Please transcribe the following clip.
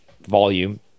volume